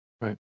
right